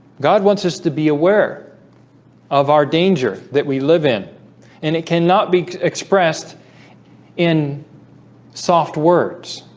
god wants us to be aware of our danger that we live in and it cannot be expressed in soft words